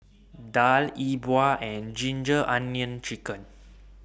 Daal E Bua and Ginger Onions Chicken